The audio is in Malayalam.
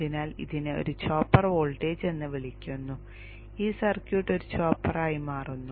അതിനാൽ ഇതിനെ ഒരു ചോപ്പർ വോൾട്ടേജ് എന്ന് വിളിക്കുന്നു ഈ സർക്യൂട്ട് ഒരു ചോപ്പറായി മാറുന്നു